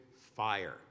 fire